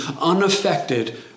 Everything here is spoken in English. unaffected